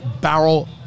Barrel